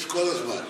יש כל הזמן.